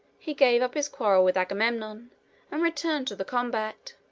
he gave up his quarrel with agamemnon and returned to the combat.